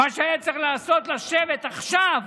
מה שהיה צריך לעשות הוא לשבת עכשיו,